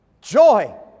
Joy